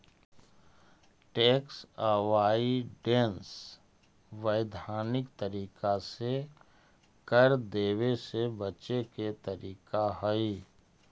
tax avoidance वैधानिक तरीका से कर देवे से बचे के तरीका हई